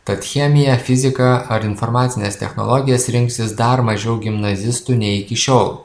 tad chemiją fiziką ar informacines technologijas rinksis dar mažiau gimnazistų nei iki šiol